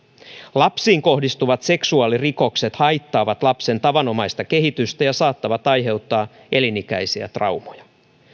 lapsiin kohdistuvat seksuaalirikokset haittaavat lapsen tavanomaista kehitystä ja saattavat aiheuttaa elinikäisiä traumoja